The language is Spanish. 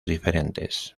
diferentes